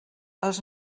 els